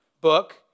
book